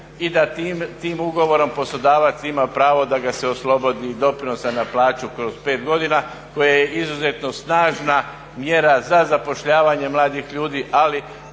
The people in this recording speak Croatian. i da tim ugovorom poslodavac ima pravo da ga se oslobodi doprinosa na plaću kroz 5 godina, koja je izuzetno snažna mjera za zapošljavanje mladih ljudi, ali